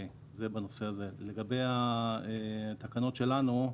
לגבי התקנות שלנו,